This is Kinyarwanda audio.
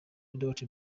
without